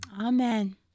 Amen